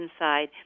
inside